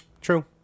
True